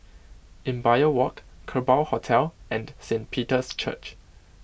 Imbiah Walk Kerbau Hotel and Saint Peter's Church